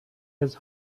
his